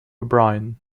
bryant